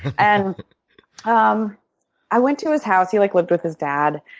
and um i went to his house, he like lived with his dad.